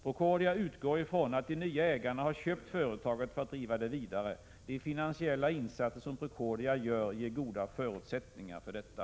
Procordia utgår från att de nya ägarna har köpt företaget för att driva det vidare. De finansiella insatser som Procordia gör ger goda förutsättningar för detta.